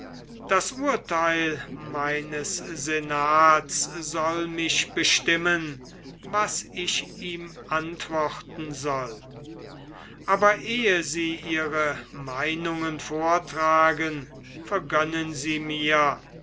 das urtheil meines senats soll mich bestimmen was ich ihm antworten soll aber ehe sie ihre meinungen vortragen vergönnen sie mir